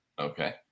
Okay